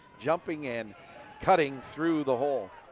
jumping and cutting through the hole.